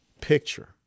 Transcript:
picture